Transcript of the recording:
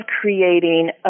creating